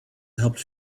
helped